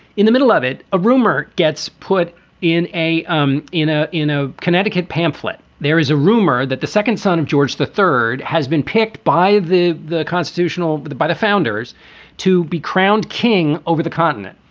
in the middle of it, a rumor gets put in a um in a in a connecticut pamphlet. there is a rumor that the second son of george, the third has been picked by the the constitutional by the founders to be crowned king over the continent.